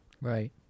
Right